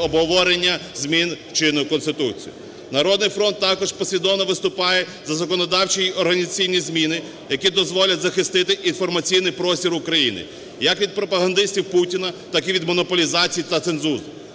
обговорення змін в чинну Конституцію. "Народний фронт" також послідовно виступає за законодавчі й організаційні зміни, які дозволять захистити інформаційний простір України, як від пропагандистів Путіна, так і від монополізацій та цензур.